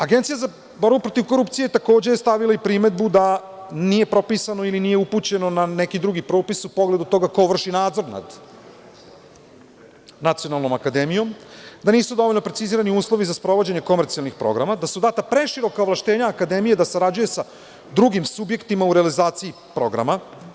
Agencija za borbu protiv korupcije takođe je stavila primedbu da nije propisano ili nije upućeno na neki drugi propis u pogledu toga ko vrši nadzor nad Nacionalnom akademijom, da nisu dovoljno precizirani uslovi za sprovođenje komercijalnih programa, da su data preširoka ovlašćenja akademiji da sarađuje sa drugim subjektima u realizaciji programa.